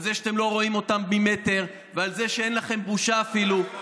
על זה שאתם לא רואים אותם ממטר ועל זה שאין לכם בושה אפילו,